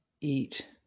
eat